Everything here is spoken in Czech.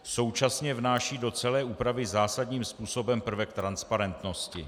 Současně vnáší do celé úpravy zásadním způsobem prvek transparentnosti.